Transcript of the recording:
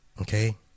Okay